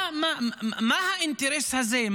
מה האינטרס הזה?